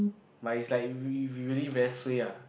but it's like if you if you really very suay lah